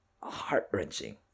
heart-wrenching